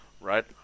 right